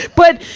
but,